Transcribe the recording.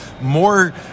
more